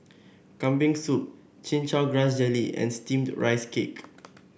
Kambing Soup Chin Chow Grass Jelly and steamed Rice Cake